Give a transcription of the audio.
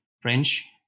French